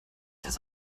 das